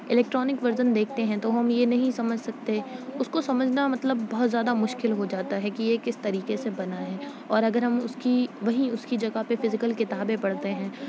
electronic version دیکھتے ہیں تو ہم یہ نہیں سمجھ سکتے اس کو سمجھنا مطلب بہت زیادہ مشکل ہو جاتا ہے کہ یہ کس طریقے سے بنا ہے اور اگر ہم اس کی وہیں اس کی جگہ پہ فزیکل کتابیں پڑھتے ہیں